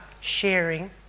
sharing